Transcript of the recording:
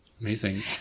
Amazing